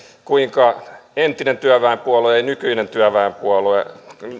kuinka entinen työväenpuolue ja nykyinen työväenpuolue